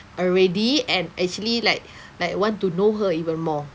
already and actually like like want to know her even more